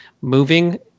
moving